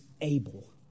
able